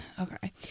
Okay